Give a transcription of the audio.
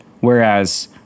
whereas